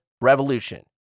revolution